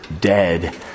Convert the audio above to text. dead